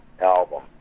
album